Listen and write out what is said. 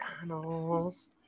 McDonald's